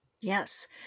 Yes